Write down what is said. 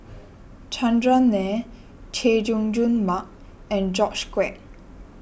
Chandran Nair Chay Jung Jun Mark and George Quek